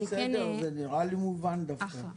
בסדר, זה נראה לי מובן דווקא.